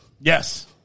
Yes